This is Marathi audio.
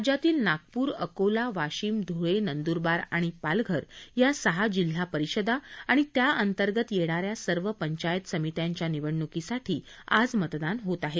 राज्यातील नागपूर अकोला वाशिम धुळे नंदुरबार आणि पालघर या सहा जिल्हा परिषदा आणि त्या अंतर्गत येणाऱ्या सर्व पंचायत समित्यांच्या निवडणुकीसाठी आज मतदान होत आहे